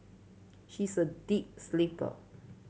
she is a deep sleeper